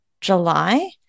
July